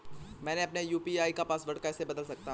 मैं अपने यू.पी.आई का पासवर्ड कैसे बदल सकता हूँ?